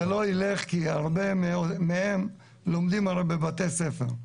זה לא ילך כי רבים מהם לומדים בבתי ספר.